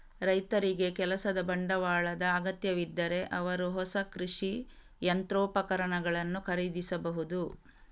ರೈತರಿಗೆ ಕೆಲಸದ ಬಂಡವಾಳದ ಅಗತ್ಯವಿದ್ದರೆ ಅವರು ಹೊಸ ಕೃಷಿ ಯಂತ್ರೋಪಕರಣಗಳನ್ನು ಖರೀದಿಸಬಹುದು